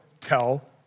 tell